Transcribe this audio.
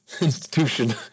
institution